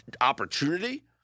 opportunity